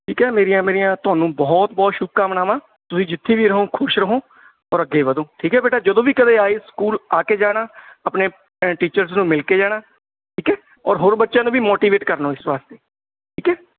ਠੀਕ ਹੈ ਮੇਰੀਆਂ ਮੇਰੀਆਂ ਤੁਹਾਨੂੰ ਬਹੁਤ ਬਹੁਤ ਸ਼ੁੱਭਕਾਮਨਾਵਾਂ ਤੁਸੀਂ ਜਿੱਥੇ ਵੀ ਰਹੋ ਖ਼ੁਸ਼ ਰਹੋ ਔਰ ਅੱਗੇ ਵਧੋ ਠੀਕ ਹੈ ਬੇਟਾ ਜਦੋਂ ਵੀ ਕਦੇ ਆਏ ਸਕੂਲ ਆ ਕੇ ਜਾਣਾ ਆਪਣੇ ਅਂ ਟੀਚਰਸ ਨੂੰ ਮਿਲ ਕੇ ਜਾਣਾ ਠੀਕ ਹੈ ਔਰ ਹੋਰ ਬੱਚਿਆਂ ਨੂੰ ਵੀ ਮੋਟੀਵੇਟ ਕਰਨਾ ਇਸ ਵਾਸਤੇ ਠੀਕ ਹੈ